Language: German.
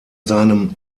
seinem